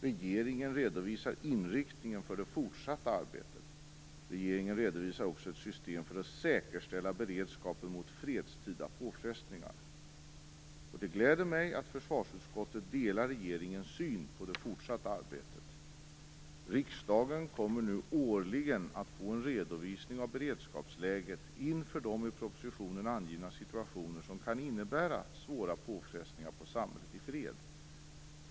Regeringen redovisar inriktningen för det fortsatta arbetet. Regeringen redovisar också ett system för att säkerställa beredskapen mot fredstida påfrestningar. Det gläder mig att försvarsutskottet delar regeringens syn på det fortsatta arbetet. Riksdagen kommer nu årligen att få en redovisning av beredskapsläget inför de i propositionen angivna situationer som kan innebära svåra påfrestningar på samhället i fred.